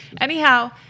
Anyhow